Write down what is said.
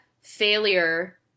failure